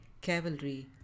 cavalry